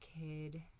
kid